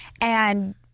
and-